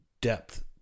depth